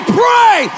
pray